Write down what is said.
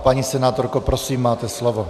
Paní senátorko, prosím, máte slovo.